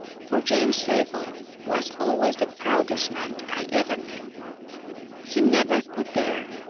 for james zabel was always the proudest man i ever knew he never could bear,